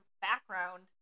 background